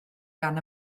gan